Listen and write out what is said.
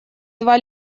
два